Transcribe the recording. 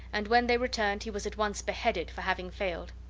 and when they returned he was at once beheaded for having failed.